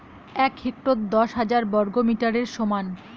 এক হেক্টর দশ হাজার বর্গমিটারের সমান